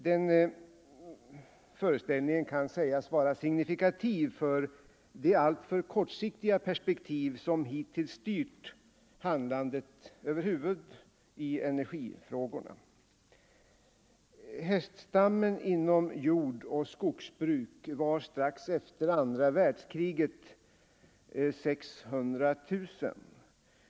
Den föreställningen kan sägas vara signifikativ för de alltför kortsiktiga perspektiv som hittills styrt handlandet över huvud taget i energifrågorna. Häststammen inom jordoch skogsbruk var strax efter andra världskriget 600 000.